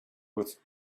with